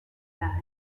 las